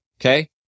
Okay